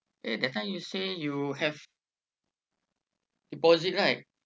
eh that time you say you have deposit right